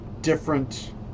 different